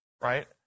right